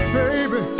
baby